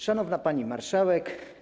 Szanowna Pani Marszałek!